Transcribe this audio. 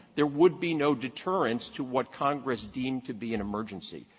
there would be no deterrents to what congress deemed to be an emergency.